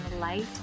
light